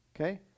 okay